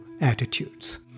attitudes